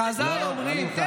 חז"ל אומרים,